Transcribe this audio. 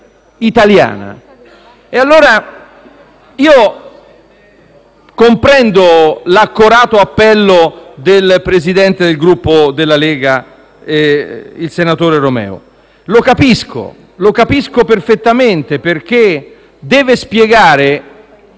italiana. Allora, io comprendo l'accorato appello del Presidente del Gruppo Lega, il senatore Romeo. Lo capisco perfettamente, perché deve dare